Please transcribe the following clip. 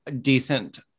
decent